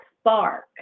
spark